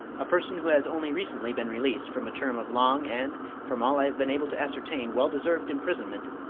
a person who has only recently been released from a term of long and, from all i have been able to ascertain, well-deserved imprisonment,